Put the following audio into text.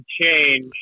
change